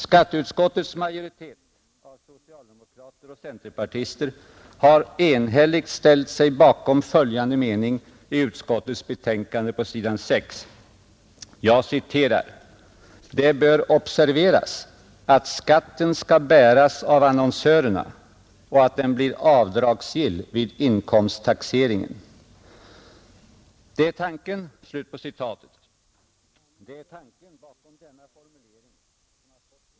Skatteutskottets majoritet av socialdemokrater och centerpartister har enhälligt ställt sig bakom följande mening på s. 6 i utskottets betänkande: ”Det bör observeras att skatten skall bäras av annonsörerna och att den blir avdragsgill vid inkomsttaxeringen.” Det är tanken bakom denna formulering som fått mig att begära ordet.